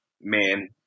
man